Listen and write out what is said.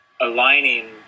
aligning